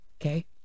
okay